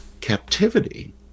captivity